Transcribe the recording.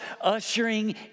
ushering